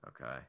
Okay